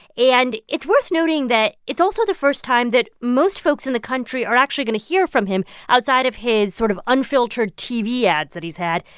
and it's worth noting that it's also the first time that most folks in the country are actually going to hear from him outside of his sort of unfiltered tv ads that he's had.